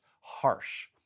harsh